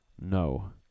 no